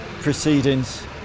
proceedings